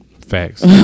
Facts